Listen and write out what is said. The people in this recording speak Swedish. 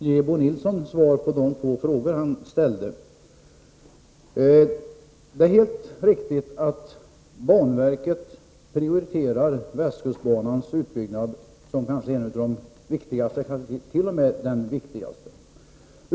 Herr talman! Tyvärr medger inte riksdagens debattregler att jag bemöter Rune Thorén. Jag skall i stället ge Bo Nilsson svar på de två frågor som han ställde. Det är helt riktigt att banverket prioriterar utbyggnaden av västkustbanan som en av de viktigaste investeringarna, kanske t.o.m. den viktigaste.